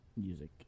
music